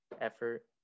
effort